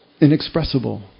inexpressible